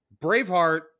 Braveheart